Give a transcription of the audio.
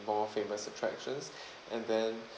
more famous attractions and then